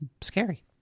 scary